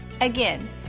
Again